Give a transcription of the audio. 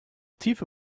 tiefe